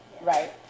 right